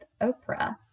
Oprah